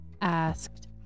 asked